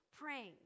praying